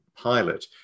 pilot